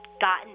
gotten